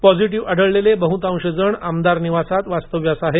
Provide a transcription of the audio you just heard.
positive आढळलेले बहुतांश जण आमदार निवासात वास्तव्यास आहेत